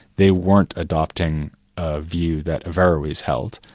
they weren't adopting a view that averroes held,